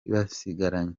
basigaranye